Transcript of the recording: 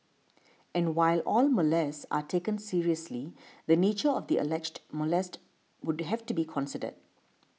and while all molests are taken seriously the nature of the alleged molest would have to be considered